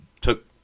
took